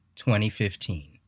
2015